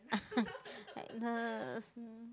Agnes